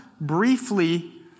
briefly